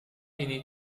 ini